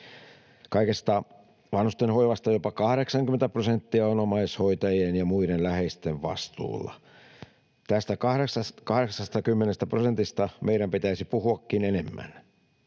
Kaikesta vanhustenhoivasta jopa 80 prosenttia on omaishoitajien ja muiden läheisten vastuulla. Tästä 80 prosentista meidän pitäisikin puhua enemmän.